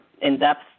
in-depth